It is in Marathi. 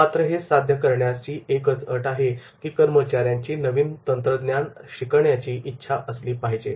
मात्र हे साध्य करण्यासाठी एकच अट आहे की कर्मचाऱ्यांची नवीन तंत्रज्ञान शिकण्याची इच्छा असली पाहिजे